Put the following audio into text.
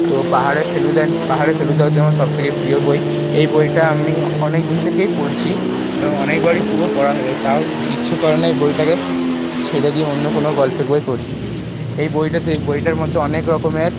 তো পাহাড়ে ফেলুদার পাহাড়ে ফেলুদা হচ্ছে আমার সব থেকে প্রিয় বই এই বইটা আমি অনেক দিন থেকেই পড়ছি এবং অনেকবারই পুরো পড়া হয়ে গেছে তাও ইচ্ছা করে না এই বইটাকে ছেড়ে দিয়ে অন্য কোনও গল্পের বই পড়ি এই বইটাতে এই বইটার মধ্যে অনেক রকমের